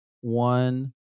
one